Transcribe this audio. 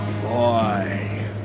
boy